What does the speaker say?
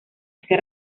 ese